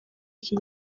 iki